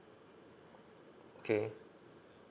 okay